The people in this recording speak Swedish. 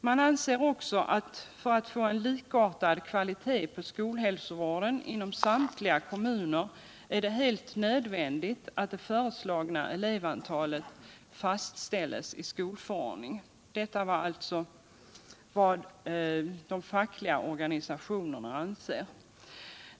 Man anser också att för att få en likartad kvalitet på skolhälsovården inom samtliga kommuner är det helt nödvändigt att det föreslagna elevantalet fastställes i skolförordningen. Detta är alltså vad de Nytt statsbidrag fackliga organisationerna anser.